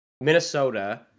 Minnesota